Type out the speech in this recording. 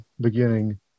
beginning